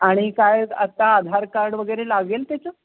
आणि काय आत्ता आधार कार्ड वगैरे लागेल त्याचं